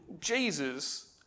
Jesus